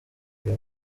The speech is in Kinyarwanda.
uyu